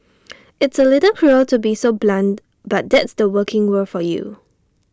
it's A little cruel to be so blunt but that's the working world for you